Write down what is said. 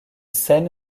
scène